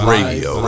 Radio